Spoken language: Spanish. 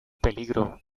peligro